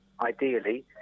ideally